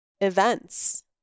events